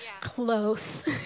close